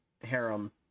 harem